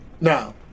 Now